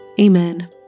Amen